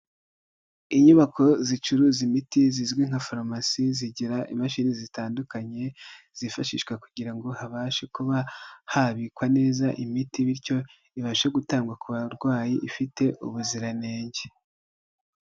Inyubako zicuruza imiti zizwi nka farumasi, zigira imashini zitandukanye zifashishwa kugirango habashe kuba habikwa neza imiti, bityo bibashe gutangwa ku barwayi ifite ubuziranenge.